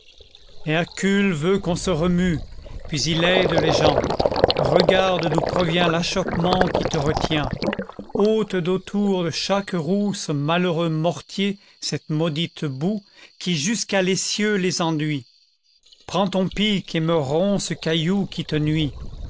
hercule vettt qu'on se remue puis il aide les gens regarde d'où provient li'aclioppemeûtqui te retient ole d'autour de chaque roue ce malheureux mortier cette maudite boue qui jusqu'à l'essieu les enduit prends ton pic et me romps ce caillou qui te nuit